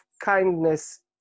kindness